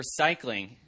recycling